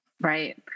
Right